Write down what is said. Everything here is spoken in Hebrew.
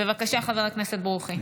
בבקשה, חבר הכנסת ברוכי.